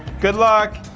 good luck,